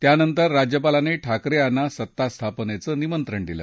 त्यानंतर राज्यपालांनी ठाकरे यांना सत्ता स्थापनेचं निमंत्रण दिलं